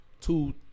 two